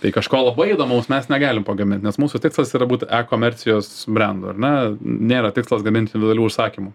tai kažko labai įdomaus mes negalim pagamint nes mūsų tikslas yra būt ekomercijos brendu ar ne nėra tikslas gamint didelių užsakymų